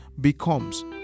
becomes